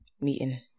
meeting